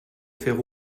faire